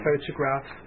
photographs